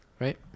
Right